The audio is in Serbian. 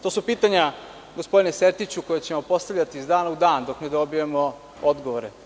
To su pitanja, gospodine Sertiću, koja ćemo postavljati iz dana u dan, dok ne dobijemo odgovore.